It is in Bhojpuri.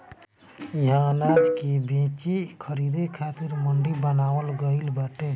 इहा अनाज के बेचे खरीदे खातिर मंडी बनावल गइल बाटे